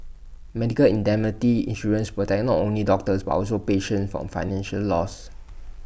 medical indemnity insurance protects not only doctors but also patients from financial loss